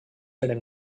eren